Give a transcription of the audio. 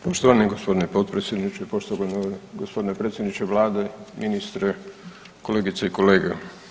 Poštovani gospodine potpredsjedniče, poštovani gospodine predsjedniče Vlade, ministre, kolegice i kolege.